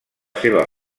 seva